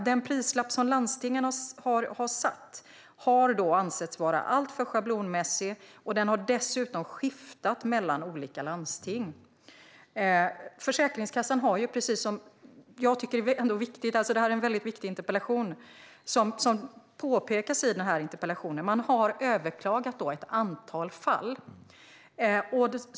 Den prislapp som landstingen har satt har då ansetts vara alltför schablonmässig. Den har dessutom skiftat mellan olika landsting. Jag tycker att det här är en väldigt viktig interpellation. Som påpekas i interpellationen har ett antal fall överklagats.